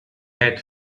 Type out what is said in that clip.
had